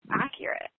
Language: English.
accurate